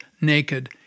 naked